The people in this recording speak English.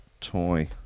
toy